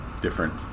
different